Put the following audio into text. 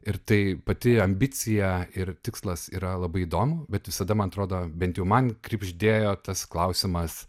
ir tai pati ambicija ir tikslas yra labai įdomu bet visada man atrodo bent jau man kribždėjo tas klausimas